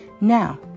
Now